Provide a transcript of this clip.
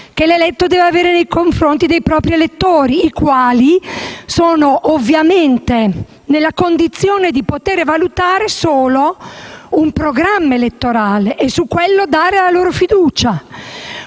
che l'eletto deve avere nei confronti dei propri elettori, i quali sono ovviamente nella condizione di valutare solo un programma elettorale e su quello dare la loro fiducia.